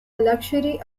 luxury